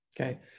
okay